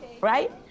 right